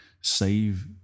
save